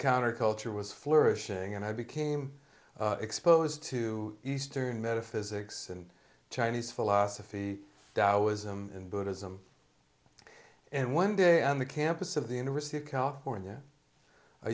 counterculture was flourishing and i became exposed to eastern metaphysics and chinese philosophy taoism and buddhism and one day on the campus of the university of california a